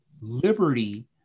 liberty